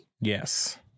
yes